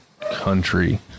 country